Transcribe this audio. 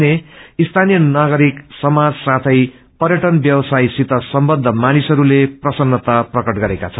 भने स्थानीय नागरिक समाज साथै प्यटन व्यवसयसित सम्बद्ध मानिसहरूले प्रसन्नता प्रकट गरेका छन्